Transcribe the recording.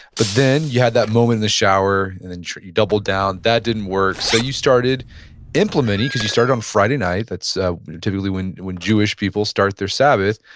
but then you had that moment in the shower, and then you doubled down. that didn't work, so you started implementing, because you started on friday night, that's typically when when jewish people start their sabbath,